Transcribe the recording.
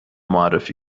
معرفی